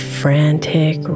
frantic